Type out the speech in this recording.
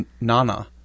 Nana